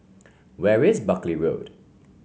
where is Buckley Road